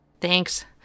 Thanks